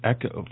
Echo